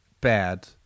bad